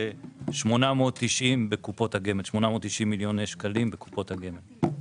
ו-890 מיליון ₪ בקופות הגמל.